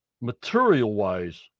material-wise